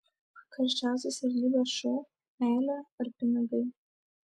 karščiausias realybės šou meilė ar pinigai